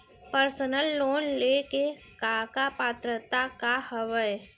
Personal loan ले के का का पात्रता का हवय?